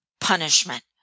punishment